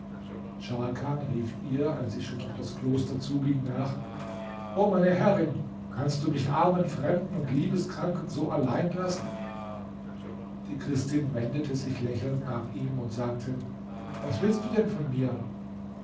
scharkan rief ihr als sie schon auf das kloster zuging nach o meine herrin kannst du mich armen fremden und liebeskranken so allein hierlassen die christin wendete sich lächelnd nach ihm und sagte was willst du denn von mir